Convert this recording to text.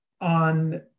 on